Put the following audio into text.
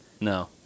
No